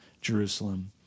Jerusalem